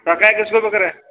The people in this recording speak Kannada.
ರೊಕ್ಕ ಯಾಕೆ ಇಸ್ಕೊಬೇಕು ರೀ